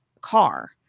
car